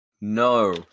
No